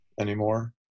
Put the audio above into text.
anymore